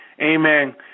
amen